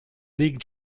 league